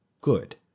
good